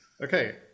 Okay